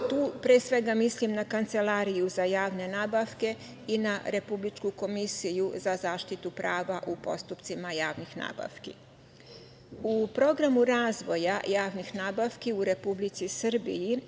Tu pre svega mislim na Kancelariju za javne nabavke i na Republičku komisiju za zaštitu prava u postupcima javnih nabavki.U programu razvoja javnih nabavki u Republici Srbiji